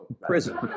Prison